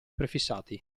prefissati